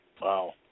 Wow